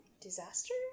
disaster